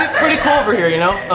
pretty cool over here, you know?